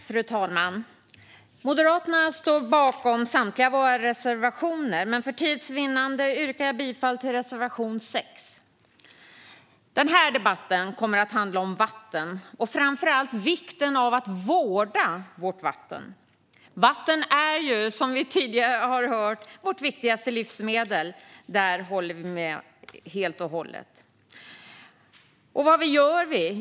Fru talman! Vi moderater står bakom samtliga våra reservationer, men för tids vinnande yrkar jag bifall bara till reservation 6. Den här debatten kommer att handla om vatten och framför allt vikten av att vårda vårt vatten. Vatten är ju, som vi tidigare har hört, vårt viktigaste livsmedel. Det håller vi med om helt och hållet. Vad gör vi?